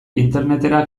internetera